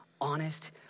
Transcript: honest